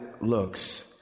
looks